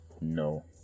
No